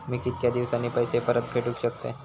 मी कीतक्या दिवसांनी पैसे परत फेडुक शकतय?